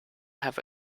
have